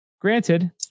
Granted